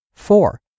Four